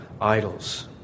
idols